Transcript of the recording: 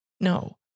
No